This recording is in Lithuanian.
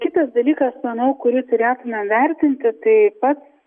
kitas dalykas manau kurį turėtumėm vertinti tai pats